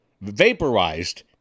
vaporized